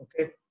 okay